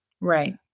Right